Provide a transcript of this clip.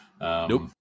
Nope